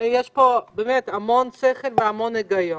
באמת הרבה שכל והיגיון,